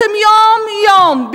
אתם יום-יום,